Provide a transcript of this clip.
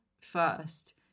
first